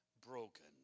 broken